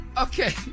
Okay